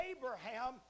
Abraham